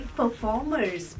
performers